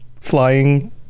flying